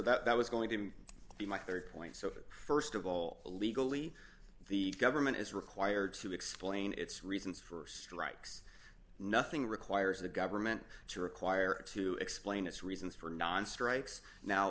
so that was going to be my rd point so st of all legally the government is required to explain its reasons for strikes nothing requires the government to require it to explain its reasons for non strikes now